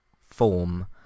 form